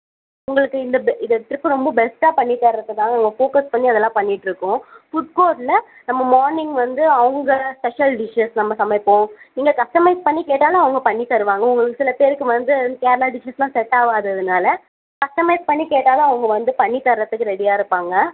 உங்களுக்கு இந்த பெ இந்த ட்ரிப் ரொம்ப பெஸ்ட்டாக பண்ணி தரதுக்காக நாங்கள் ஃபோக்கஸ் பண்ணி அதெல்லாம் பண்ணிட்டுருக்கோம் ஃபுட் கோர்ட்டில் நம்ம மார்னிங் வந்து அவங்க ஸ்பெஷல் டிஷ்சஸ் நம்ம சமைப்போம் நீங்கள் கஸ்டமைஸ் பண்ணி கேட்டாலும் அவங்க பண்ணி தருவாங்க ஒரு சில பேருக்கு வந்து கேரளா டிஷ்சஸ்லாம் செட் ஆகாததுனால கஸ்டமைஸ் பண்ணி கேட்டாலும் அவங்க வந்து பண்ணி தர்றதுக்கு ரெடியாக இருக்காங்க